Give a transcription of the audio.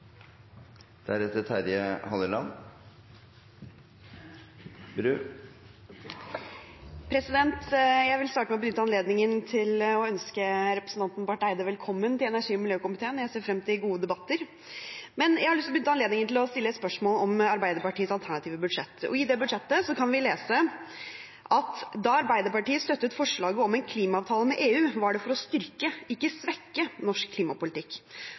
Jeg vil starte med å benytte anledningen til å ønske representanten Barth Eide velkommen til energi- og miljøkomiteen. Jeg ser frem til gode debatter. Men jeg har lyst til å benytte anledningen til å stille et spørsmål om Arbeiderpartiets alternative budsjett. I det budsjettet kan vi lese at da Arbeiderpartiet støttet forslaget om en klimaavtale med EU, var det for å styrke, ikke svekke, norsk klimapolitikk.